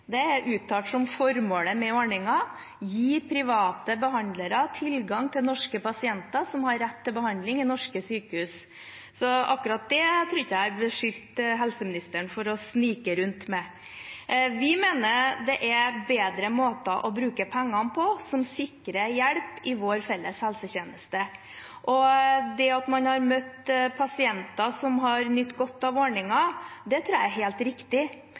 Det er uttalt som formålet med ordningen: å gi private behandlere tilgang til norske pasienter som har rett til behandling i norske sykehus. Så akkurat det tror jeg ikke jeg har beskyldt helseministeren for å snike rundt med. Vi mener at det er bedre måter å bruke pengene på, som sikrer hjelp i vår felles helsetjeneste. At man har møtt pasienter som har nytt godt av ordningen, tror jeg er helt riktig,